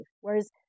Whereas